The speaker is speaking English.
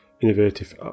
Innovative